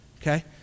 Okay